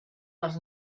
les